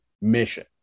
mission